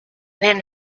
then